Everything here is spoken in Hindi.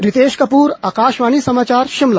रितेश कपूर आकाशवाणी समाचार शिमला